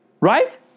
Right